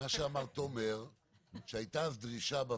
זו לא תכנית כבקשתך אלא זה צריך להיות האם יש איזה